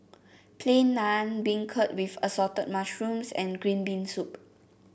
Plain Naan Beancurd with Assorted Mushrooms and Green Bean Soup